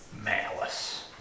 Malice